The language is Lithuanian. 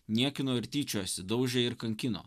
niekino ir tyčiojosi daužė ir kankino